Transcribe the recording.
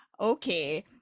Okay